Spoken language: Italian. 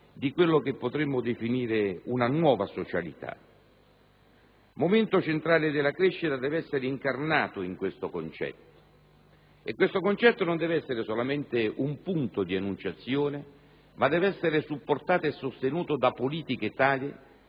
di ciò che potremmo definire un nuova socialità. Il momento centrale della crescita deve essere incarnato in questo concetto, che non deve essere solamente un'enunciazione ma deve essere supportato e sostenuto da politiche che